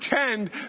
pretend